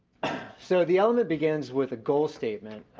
so, the element begins with a goal statement,